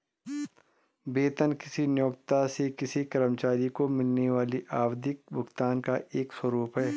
वेतन किसी नियोक्ता से किसी कर्मचारी को मिलने वाले आवधिक भुगतान का एक स्वरूप है